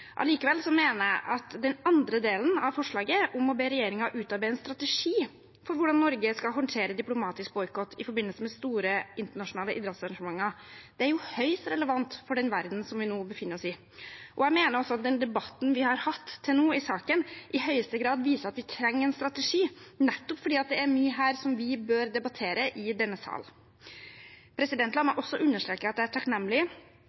Allikevel mener jeg at den andre delen av forslaget, om å be regjeringen utarbeide en strategi for hvordan Norge skal håndtere diplomatisk boikott i forbindelse med store internasjonale idrettsarrangementer, er høyst relevant for den verdenen vi nå befinner oss i. Jeg mener også at den debatten vi har hatt til nå i saken, i høyeste grad viser at vi trenger en strategi, nettopp fordi det er mye her vi bør debattere i denne sal. La meg også understreke at jeg er takknemlig